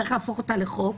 צריך להפוך אותה לחוק.